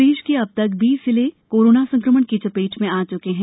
प्रदेश के अब तक बीस जिले कोरोना संकमण की चपेट में आ चुके हैं